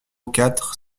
quatre